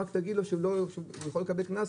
רק תגיד לו שהוא יכול לקבל קנס,